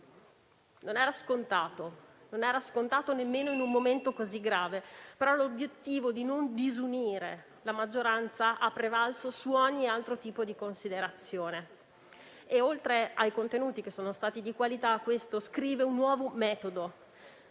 la mediazione. Non era scontato, nemmeno in un momento così grave; però l'obiettivo di non disunire la maggioranza ha prevalso su ogni altro tipo di considerazione. Oltre ai contenuti, che sono stati di qualità, questo scrive un nuovo metodo